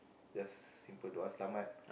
just simple doa selamat